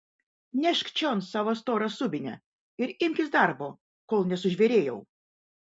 nešk čion savo storą subinę ir imkis darbo kol nesužvėrėjau